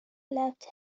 left